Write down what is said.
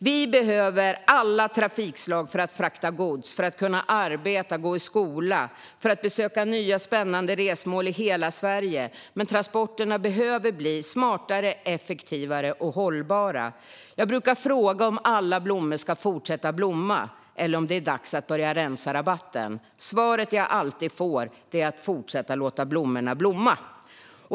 Vi behöver alla trafikslag för att frakta gods, för att kunna arbeta och gå i skola samt för att besöka nya och spännande resmål i hela Sverige. Men transporterna behöver bli smartare, effektivare och hållbara. Jag brukar fråga om alla blommor ska fortsätta att blomma, eller om det är dags att börja rensa rabatten. Svaret som jag alltid får är att man ska fortsätta låta blommorna blomma.